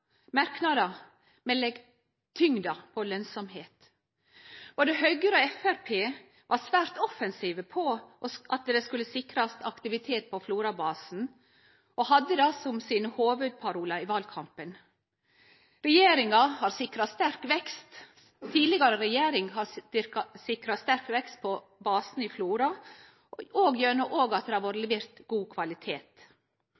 merknadar, men legg tyngda på lønsemd. Både Høgre og Framstegspartiet var svært offensive på at det skulle sikrast aktivitet på Florabasen, og hadde det som sine hovudparolar i valkampen. Tidlegare regjering har sikra sterkt vekst på Florabasen, òg gjennom at det har vore